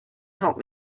help